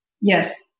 Yes